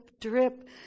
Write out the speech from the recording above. drip